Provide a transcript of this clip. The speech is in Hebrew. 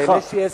יש לי עשר דקות.